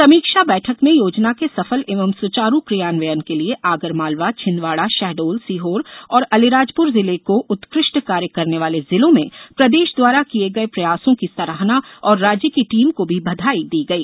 समीक्षा बैठक में योजना के सफल एवं सुचारू क्रियान्वयन के लिय आगरमालवा छिंदवाड़ा शहडोल सीहोर और अलीराजप्र जिले कों उत्कृष्ट कार्य करने वाले जिलों एवं प्रदेश द्वारा किये गये प्रयासो की सराहना और राज्य की टीम को भी बधाई दी गई